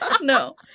No